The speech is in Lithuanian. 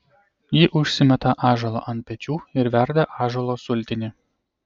ji užsimeta ąžuolą ant pečių ir verda ąžuolo sultinį